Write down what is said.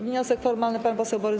Wniosek formalny, pan poseł Borys